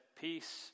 Peace